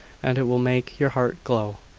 and it will make your heart glow.